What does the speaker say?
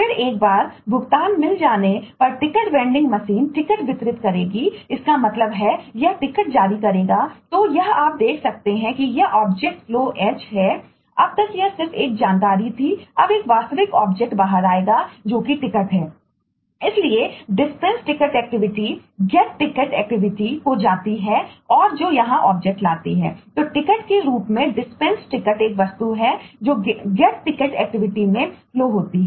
फिर एक बार भुगतान मिल जाने पर टिकट वेंडिंग मशीन होती है